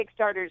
Kickstarters